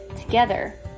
Together